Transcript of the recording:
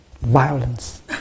violence